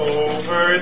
over